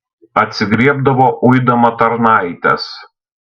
atsigriebdavo uidama tarnaites